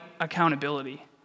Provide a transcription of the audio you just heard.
accountability